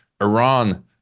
Iran